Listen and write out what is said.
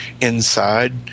Inside